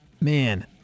Man